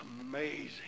amazing